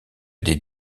des